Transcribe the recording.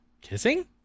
Kissing